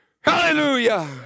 Hallelujah